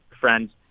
friends